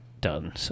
done